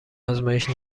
آزمایش